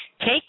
Take